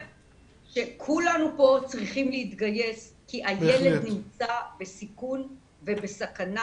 כולנו כאן צריכים להתגייס כי הילד נמצא בסיכון ובסכנה